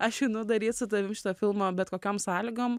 aš einu daryt su tavim šito filmo bet kokiom sąlygom